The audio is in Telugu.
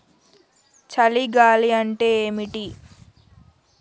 చలి గాలి అంటే ఏమిటి?